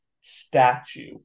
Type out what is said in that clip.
statue